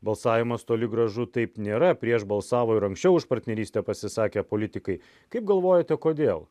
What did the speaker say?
balsavimas toli gražu taip nėra prieš balsavo ir anksčiau už partnerystę pasisakę politikai kaip galvojate kodėl